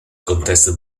contested